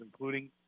including